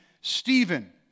Stephen